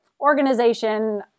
Organization